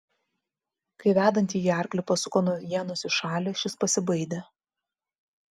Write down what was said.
kai vedantįjį arklį pasuko nuo ienos į šalį šis pasibaidė